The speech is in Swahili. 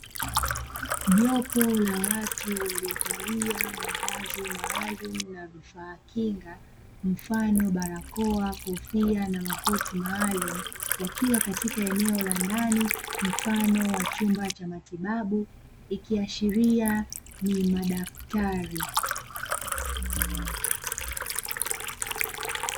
Jopo la watu waliovalia mavazi maalumu na vifaa kinga mfano barakoa, kofia na makoti maalumu, wakiwa katika eneo la ndani mfano wa chumba cha matibabu, ikiashiria ni madaktari.